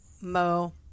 Mo